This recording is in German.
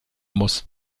muss